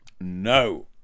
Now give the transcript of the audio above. No